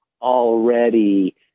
already